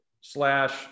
slash